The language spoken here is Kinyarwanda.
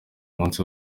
munsi